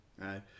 right